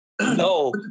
No